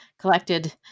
collected